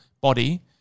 body